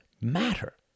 matter